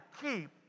keep